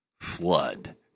flood